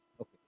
Okay